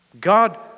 God